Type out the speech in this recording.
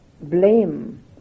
blame